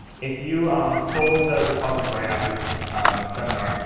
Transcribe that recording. if you pull the repository after this seminar,